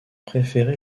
préféré